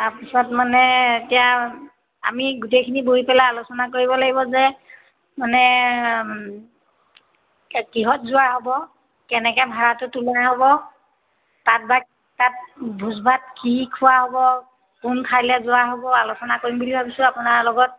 তাৰপিছত মানে এতিয়া আমি গোটেইখিনি বহি পেলাই আলোচনা কৰিব লাগিব যে মানে কে কিহত যোৱা হ'ব কেনেকৈ ভাড়াটো তোলা হ'ব তাত বা তাত ভোজ ভাত কি খোৱা হ'ব কোন ঠাইলৈ যোৱা হ'ব আলোচনা কৰিম বুলি ভাবিছোঁ আপোনাৰ লগত